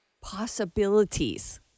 possibilities